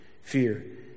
Fear